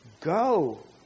Go